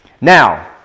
Now